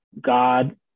God